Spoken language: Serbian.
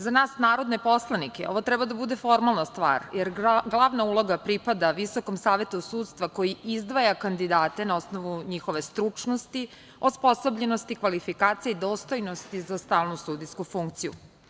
Za nas narodne poslanike ovo treba da bude formalna stvar, jer glavna uloga pripada VSS koji izdvaja kandidate na osnovu njihove stručnosti, osposobljenosti, kvalifikacija i dostojnosti za stalnu sudijsku funkciju.